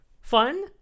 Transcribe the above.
fun